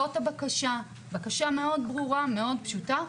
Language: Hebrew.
זאת הבקשה, בקשה מאוד ברורה, מאוד פשוטה.